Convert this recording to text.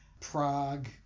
Prague